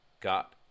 got